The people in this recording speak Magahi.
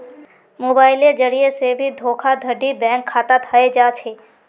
मोबाइलेर जरिये से भी धोखाधडी बैंक खातात हय जा छे